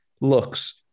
looks